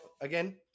again